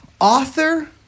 author